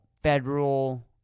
federal